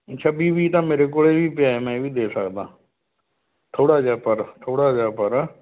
ਛੱਬੀ ਵੀਹ ਤਾਂ ਮੇਰੇ ਕੋਲ ਵੀ ਪਿਆ ਮੈਂ ਵੀ ਦੇ ਸਕਦਾ ਥੋੜ੍ਹਾ ਜਿਹਾ ਪਰ ਥੋੜ੍ਹਾ ਜਿਹਾ ਪਰ